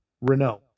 Renault